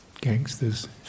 gangsters